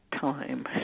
time